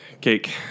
Cake